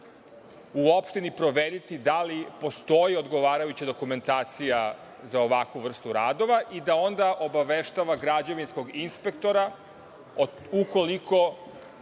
u opštini proveriti da li postoji odgovarajuća dokumentacija za ovakvu vrstu radova i da onda obaveštava građevinskog inspektora ukoliko